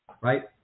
Right